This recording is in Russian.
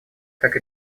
как